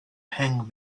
hang